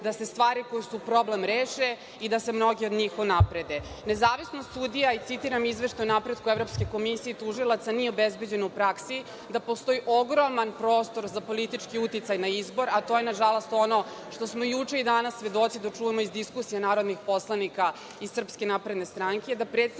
da se stvari koje su problem reše i da se mnoge od njih unaprede. Nezavisnost sudija i citiram izveštaj o napretku Evropske komisije i tužilaca nije obezbeđeno u praksi da postoji ogroman prostor za politički uticaj na izbor, a to je na žalost ono što smo juče i danas svedoci da čujemo iz diskusija narodnih poslanika iz SNS. Da predstavnici